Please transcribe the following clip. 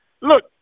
Look